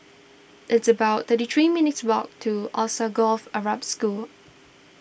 it's about thirty three minutes' walk to Alsagoff Arab School